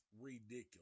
ridiculous